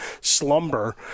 slumber